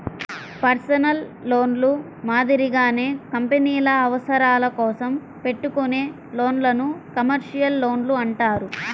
personal లోన్లు మాదిరిగానే కంపెనీల అవసరాల కోసం పెట్టుకునే లోన్లను కమర్షియల్ లోన్లు అంటారు